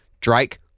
Drake